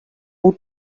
who